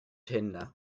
hinder